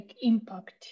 impact